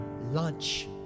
Lunch